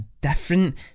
different